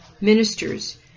ministers